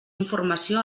informació